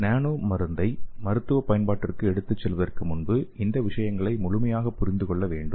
நானோ மருந்தை மருத்துவ பயன்பாட்டிற்கு எடுத்துச் செல்வதற்கு முன்பு அந்த விஷயங்களை முழுமையாக புரிந்து கொள்ள வேண்டும்